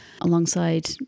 alongside